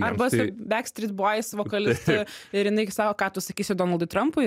arba su backstreet boys vokalistu ir jinai sako ką tu sakysi donaldui trampui